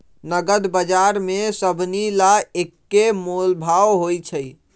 नगद बजार में सभनि ला एक्के मोलभाव होई छई